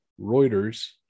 Reuters